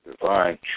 divine